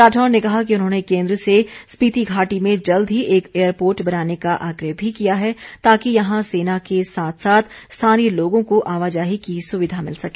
राठौर ने कहा कि उन्होंने केंद्र से स्पीति घाटी में जल्द ही एक एयरपोर्ट बनाने का आग्रह भी किया है ताकि यहां सेना के साथ साथ स्थानीय लोगों को आवाजाही की सुविधा मिल सके